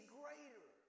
greater